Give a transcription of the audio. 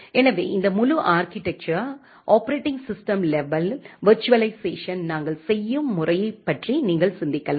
எனவே இந்த முழு architecture operating system level virtualisation நாங்கள் செய்யும் முறையைப் பற்றி நீங்கள் சிந்திக்கலாம்